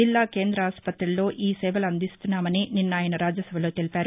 జిల్లా కేంద్ర ఆస్పతుల్లో ఈ సేవలు అందిస్తున్నామని నిన్న ఆయన రాజ్యసభలో తెలిపారు